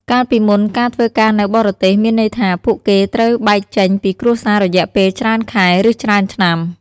កាលពីមុន ការធ្វើការនៅបរទេសមានន័យថា ពួកគេត្រូវបែកចេញពីគ្រួសាររយៈពេលច្រើនខែ ឬ ច្រើនឆ្នាំ។